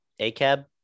ACAB